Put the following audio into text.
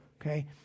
Okay